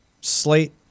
slate